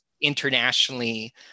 internationally